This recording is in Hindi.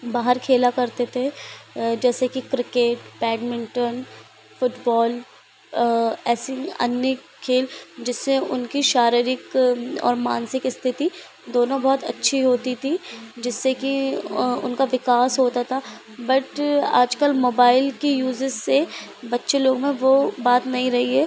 बाहर खेला करते थे जैसे कि क्रिकेट बैडमिंटन फ़ुटबॉल ऐसे अनेक खेल जिससे उनकी शारीरिक और मानसिक स्थिति दोनों बहुत अच्छी होती थी जिससे कि उनका विकास होता था बट आजकल मोबाइल की यूजेज़ से बच्चे लोग में वह बात नहीं रही है